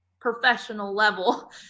professional-level